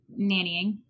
nannying